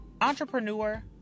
entrepreneur